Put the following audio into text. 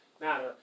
matter